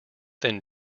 then